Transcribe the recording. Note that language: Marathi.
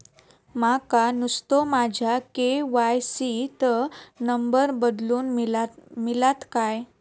माका नुस्तो माझ्या के.वाय.सी त नंबर बदलून मिलात काय?